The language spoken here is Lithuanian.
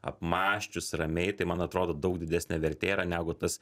apmąsčius ramiai tai man atrodo daug didesnė vertė yra negu tas